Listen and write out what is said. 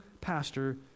pastor